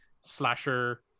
slasher